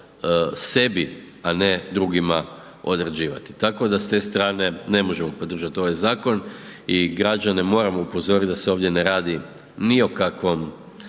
sebi, a ne drugima određivati. Tako da s te strane, ne možemo podržati ovaj zakon i građane moramo upozoriti da se ovdje ne radi ni o kakvom